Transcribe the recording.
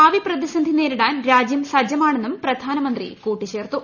ഭാവി പ്പിത്രീസ്ന്ധി നേരിടാൻ രാജ്യം സജ്ജമാണെന്നും പ്രധാനമന്ത്രി ക്ടൂട്ടീച്ചേർത്തു